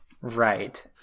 Right